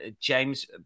James